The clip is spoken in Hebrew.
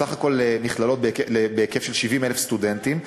סך הכול, מכללות בהיקף של 70,000 סטודנטים.